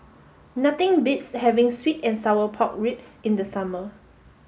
nothing beats having Sweet and Sour Pork Ribs in the summer